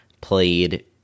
played